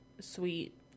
sweet